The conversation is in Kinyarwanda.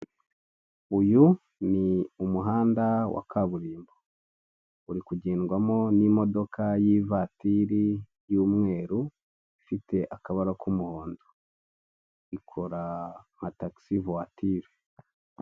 Uyu ni umuhanda wa kaburimbo uri kugendwamo n'imodoka y'ivatiri y'umweru ifite akabara k'umuhondo ikora nka tagisi vuwatire.